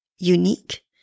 Unique